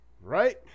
right